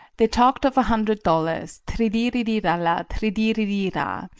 they talked of a hundred dollars, tridiridi-ralla tridiridi-ra.